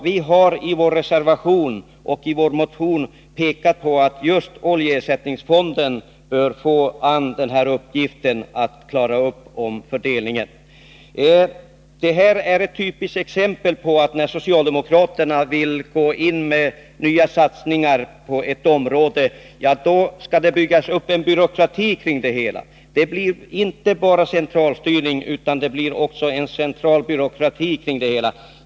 Vi har i vår motion och i vår reservation pekat på att just denna fond bör få uppgiften att klara fördelningen. Detta är ett typiskt exempel på att det, när socialdemokraterna vill göra nya satsningar på ett område, skall byggas upp en byråkrati kring det hela. Det blir inte bara central styrning utan även en central byråkrati.